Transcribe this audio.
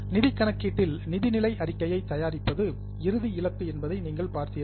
நிதி கணக்கீட்டில் நிதிநிலை அறிக்கையை தயாரிப்பது இறுதி இலக்கு என்பதை நீங்கள் பார்த்தீர்கள்